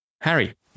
Harry